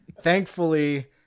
Thankfully